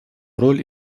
роль